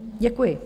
Děkuji.